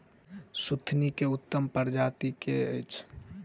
सुथनी केँ उत्तम प्रजाति केँ अछि?